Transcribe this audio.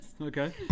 Okay